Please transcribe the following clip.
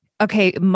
Okay